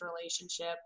relationship